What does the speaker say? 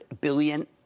billion